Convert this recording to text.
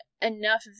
enough